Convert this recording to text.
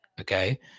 okay